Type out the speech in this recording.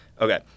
Okay